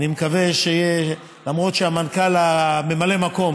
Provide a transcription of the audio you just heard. אומנם ממלא המקום